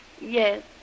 Yes